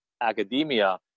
academia